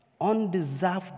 undeserved